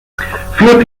fewer